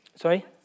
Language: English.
Sorry